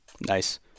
Nice